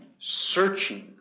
searching